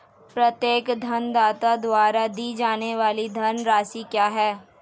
प्रत्येक ऋणदाता द्वारा दी जाने वाली ऋण राशि क्या है?